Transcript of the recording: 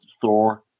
Thor